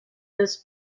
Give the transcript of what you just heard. das